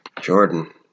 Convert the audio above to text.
Jordan